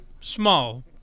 small